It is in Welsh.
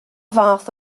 fath